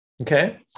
Okay